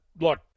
Look